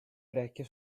orecchie